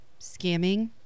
scamming